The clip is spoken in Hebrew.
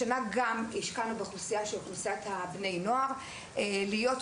השנה השקענו גם באוכלוסיית בני הנוער "להיות